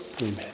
Amen